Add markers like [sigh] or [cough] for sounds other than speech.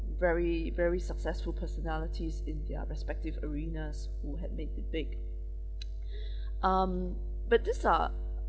very very successful personalities in their respective arenas who had made the big [noise] [breath] um but these are